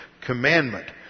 commandment